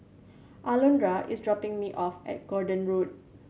Alondra is dropping me off at Gordon Road